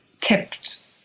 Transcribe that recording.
kept